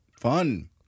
Fun